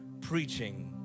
preaching